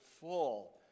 full